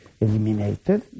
eliminated